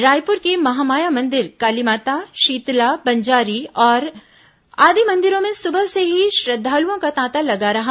रायपुर के महामाया मंदिर कालीमाता शीतला बंजारी आदि मंदिरों में सुबह से ही श्रद्वालुओं का तांता लगा रहा